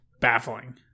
Baffling